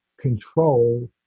control